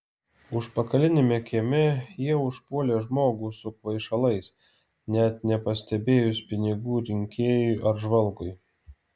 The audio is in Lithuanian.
užpakaliniame kieme jie užpuolė žmogų su kvaišalais net nepastebėjus pinigų rinkėjui ar žvalgui